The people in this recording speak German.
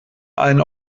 allen